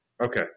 okay